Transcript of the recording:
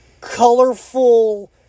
colorful